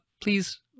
Please